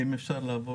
תודה.